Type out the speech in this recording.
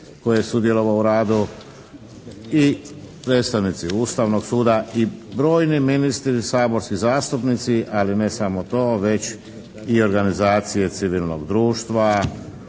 koji je sudjelovao u radu i predstavnici Ustavnog suda i brojni ministri, saborski zastupnici. Ali ne samo to već i organizacije civilnog društva.